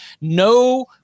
No